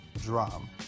Drum